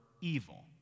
evil